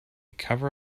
cover